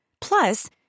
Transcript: Plus